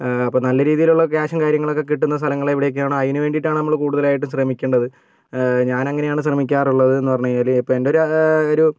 അപ്പം നല്ല രീതിയിലുള്ള കാശും കാര്യങ്ങളൊക്കെ കിട്ടുന്ന സ്ഥലങ്ങൾ എവിടെയൊക്കെയാണോ അതിന് വേണ്ടിയിട്ടാണ് നമ്മൾ കൂടുതലായിട്ടും ശ്രമിക്കേണ്ടത് ഞാനങ്ങനെയാണ് ശ്രമിക്കാറുള്ളതെന്ന് പറഞ്ഞ് കഴിഞ്ഞാൽ ഇപ്പം എന്റൊരു